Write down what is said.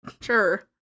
Sure